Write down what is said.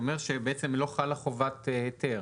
זה אומר שבעצם לא חלה חובת היתר.